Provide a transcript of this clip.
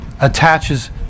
attaches